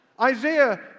Isaiah